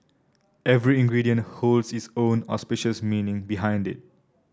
every ingredient holds its own auspicious meaning behind it